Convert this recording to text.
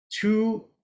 two